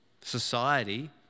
society